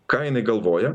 ką jinai galvoja